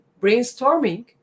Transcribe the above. brainstorming